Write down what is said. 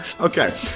Okay